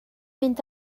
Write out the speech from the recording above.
mynd